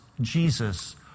Jesus